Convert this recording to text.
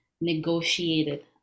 negotiated